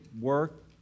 work